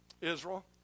Israel